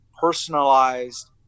personalized